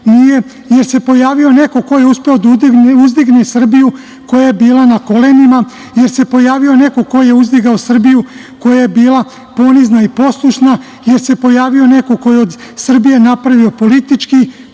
jer se pojavio neko ko je uspeo da uzdigne Srbiju, koja je bila na kolenima, jer se pojavio neko ko je uzdigao Srbiju, koja je bila ponizna i poslušna, jer se pojavio neko ko je od Srbije napravio politički